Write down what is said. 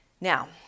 Now